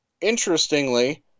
interestingly